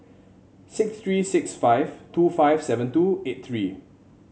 six three six five two five seven two eight three